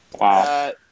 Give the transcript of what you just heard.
Wow